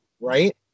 right